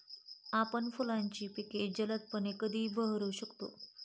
आपण फुलांची पिके जलदपणे कधी बहरू शकतो?